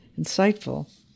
insightful